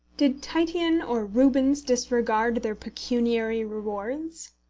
did titian or rubens disregard their pecuniary rewards?